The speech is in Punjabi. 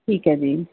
ਠੀਕ ਹੈ ਜੀ